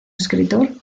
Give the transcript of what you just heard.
escritor